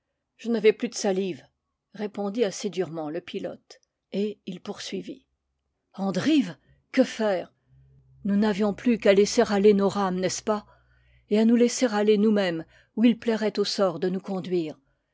je n'avais plus de salive répondit assez durement le pilote et il poursuivit en drive que faire nous n'avions plus qu'à lais ser aller nos rames n'est-ce pas et à nous laisser aller nous-mêmes où il plairait au sort de nous conduire